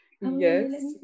Yes